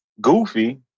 Goofy